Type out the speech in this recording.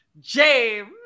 James